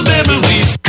Memories